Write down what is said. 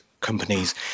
companies